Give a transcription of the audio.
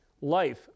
life